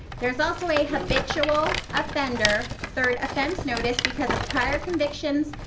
there's also a habitual offender third offense notice because of prior convictions,